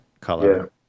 color